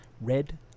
Red